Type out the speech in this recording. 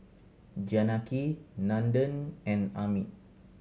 Janaki Nandan and Amit